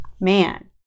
man